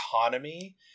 economy